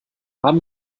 haben